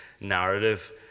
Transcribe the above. narrative